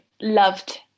loved